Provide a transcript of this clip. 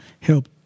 help